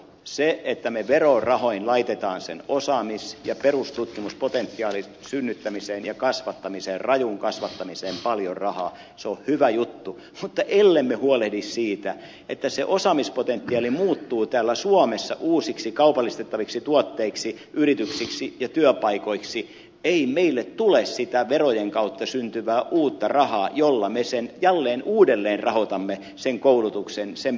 se että me verorahoin laitamme sen osaamis ja perustutkimuspotentiaalin synnyttämisen ja kasvattamiseen rajuun kasvattamiseen paljon rahaa on hyvä juttu mutta ellemme huolehdi siitä että se osaamispotentiaali muuttuu täällä suomessa uusiksi kaupallistettaviksi tuotteiksi yrityksiksi ja työpaikoiksi ei meille tule sitä verojen kautta syntyvää uutta rahaa jolla me jälleen uudelleen rahoitamme sen koulutuksen sen perustutkimuksen jnp